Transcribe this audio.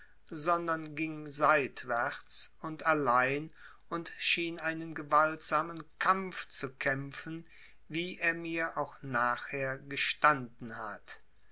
sondern ging seitwärts und allein und schien einen gewaltsamen kampf zu kämpfen wie er mir auch nachher gestanden hat